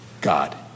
God